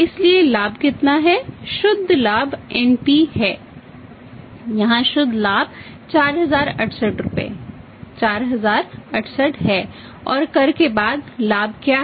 इसलिए लाभ कितना है शुद्ध लाभ "NP" है यहां शुद्ध लाभ 4068 रुपये 4068 है और कर के बाद लाभ क्या है